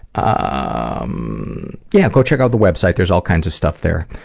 ah um yeah, go check out the website. there's all kind of stuff there.